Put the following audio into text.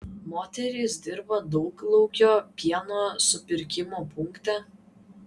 moteris dirba dauglaukio pieno supirkimo punkte